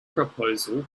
proposal